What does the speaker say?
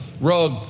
rug